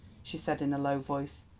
she said in a low voice.